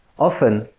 often,